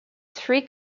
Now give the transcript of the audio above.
three